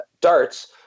darts